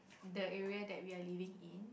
that area that we are living in